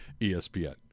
ESPN